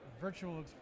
virtual